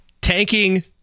Tanking